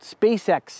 SpaceX